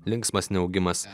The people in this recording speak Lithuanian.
linksmas neaugimas